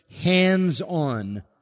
hands-on